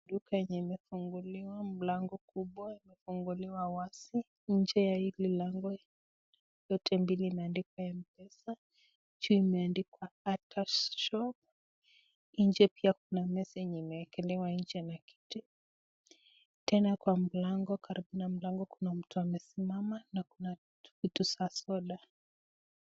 Duka yenye imefunguliwa mlango kubwa, umefunguliwa wazi. Nje ya hili lango lote mbili imeandikwa' Mpesa', juu imeandika 'Atah Shop'. Nje pia kuna meza iliyoekelewa nje na kiti tena karibu na mlango kuna mtu aliyesimama na kuna vitu za soda.